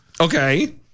Okay